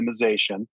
optimization